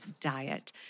diet